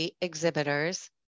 exhibitors